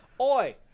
Oi